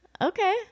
okay